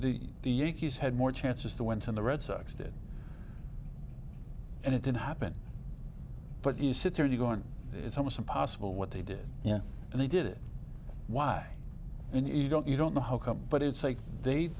mean the yankees had more chances they went to the red sox did and it didn't happen but you sit there you go and it's almost impossible what they did yeah and they did it why and you don't you don't know how come but it's like they